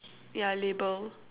ya label